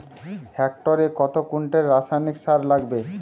হেক্টরে কত কুইন্টাল রাসায়নিক সার লাগবে?